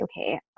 okay